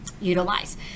utilize